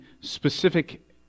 specific